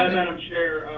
madam chair,